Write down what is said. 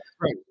Right